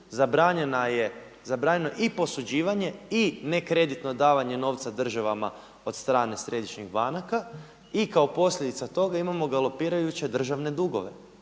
Zabranjeno je i posuđivanje i nekreditno davanje novca državama od strane središnjih banaka i kao posljedica toga imamo galopirajuće državne dugove.